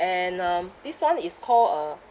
and um this [one] is call a